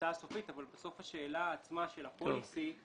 התוצאה הסופית אבל בסוף השאלה עצמה של הפוליסי,